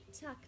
tuck